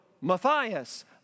Matthias